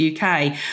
UK